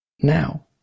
now